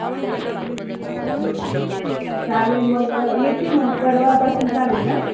हां चालेल मग येते मग परवापासून चालेल ना